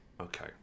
Okay